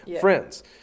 friends